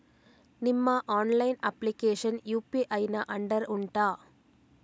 ನಿಮ್ಮ online application UPI ನ under ಉಂಟಾ